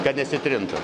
kad nesitrintų